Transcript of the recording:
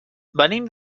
venim